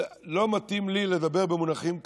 זה לא מתאים לי לדבר במונחים כאלה,